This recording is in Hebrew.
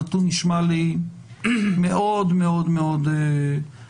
הנתון נשמע לי מאוד מאוד מאוד מוזר.